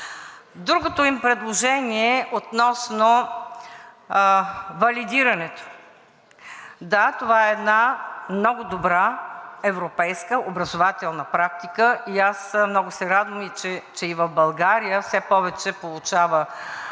Другото им предложение относно валидирането. Да, това е една много добра европейска образователна практика и аз много се радвам, че и в България все повече получава